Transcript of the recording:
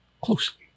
closely